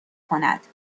کند